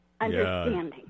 understanding